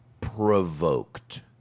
provoked